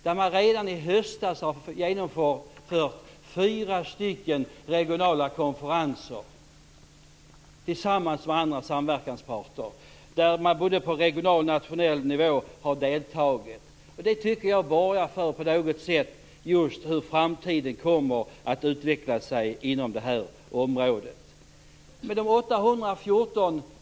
Det genomfördes redan i höstas fyra regionala konferenser tillsammans med andra samverkansparter. Man har deltagit både på regional och nationell nivå. Det tycker jag borgar för en bra framtid inom detta område.